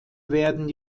werden